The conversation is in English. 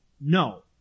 no